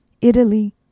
Italy